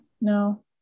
No